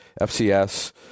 FCS